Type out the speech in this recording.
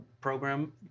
program